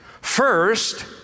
First